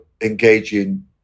engaging